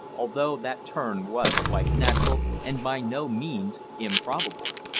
although that turn was quite natural, and by no means improbable.